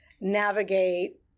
navigate